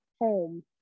home